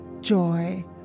joy